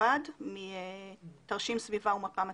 בלבד מתרשים סביבה ומפה מצבית,